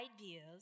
ideas